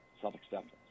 self-acceptance